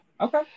Okay